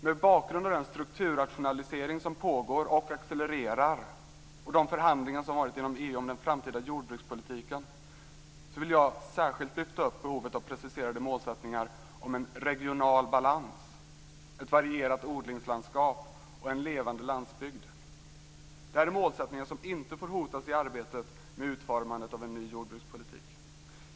Mot bakgrund av den strukturrationalisering som pågår och accelererar och de förhandlingar som varit inom EU om den framtida jordbrukspolitiken, så vill jag särskilt lyfta fram behovet av preciserade målsättningar om en regional balans, ett varierat odlingslandskap och en levande landsbygd. Detta är målsättningar som inte får hotas i arbetet med utformandet av en ny jordbrukspolitik.